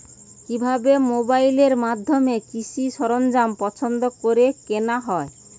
কিভাবে মোবাইলের মাধ্যমে কৃষি সরঞ্জাম পছন্দ করে কেনা হয়?